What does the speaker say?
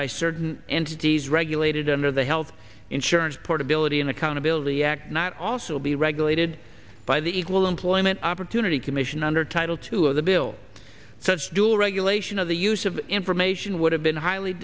by certain entities regulated under the health insurance portability and accountability act not also be regulated by the equal employment opportunity commission under title two of the bill such dual regulation of the use of information would have been highly